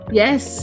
yes